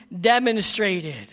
demonstrated